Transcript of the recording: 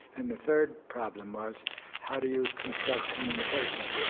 and the third problem was how do you construct communication?